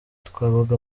twabaga